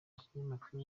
kinyamakuru